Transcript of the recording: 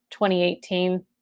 2018